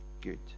good